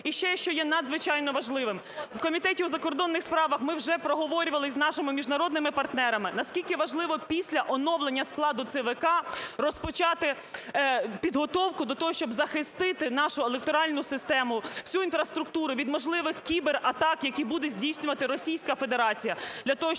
І ще, що є надзвичайно важливим. В Комітеті у закордонних справах ми вже проговорювали із нашими міжнародними партнерами, наскільки важливо після оновлення складу ЦВК розпочати підготовку до того, щоб захистити нашу електоральну систему, всю інфраструктуру від можливих кібератак, які буде здійснювати Російська Федерація